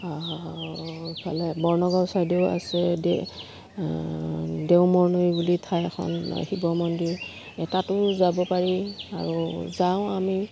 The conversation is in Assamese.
এইফালে বৰ্ণগাঁও ছাইদেও আছে দে দেওমৰ্ণৈ বুলি ঠাই এখন শিৱ মন্দিৰ এটাতো যাব পাৰি আৰু যাওঁ আমি